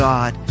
God